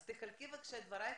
אז תחלקי בבקשה את דברייך.